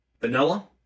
vanilla